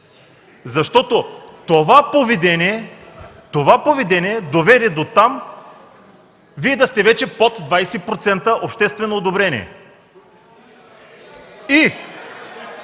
защото това поведение доведе до там Вие да сте вече под 20% обществено одобрение.